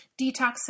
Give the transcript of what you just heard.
detox